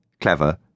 Clever